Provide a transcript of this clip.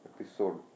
episode